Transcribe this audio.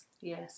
yes